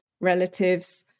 relatives